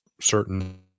certain